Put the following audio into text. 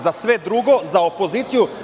Za sve drugo, za opoziciju ne.